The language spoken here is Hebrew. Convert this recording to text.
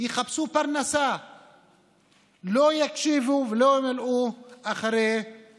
לא יקשיבו ולא ימלאו את